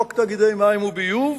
חוק תאגידי מים וביוב,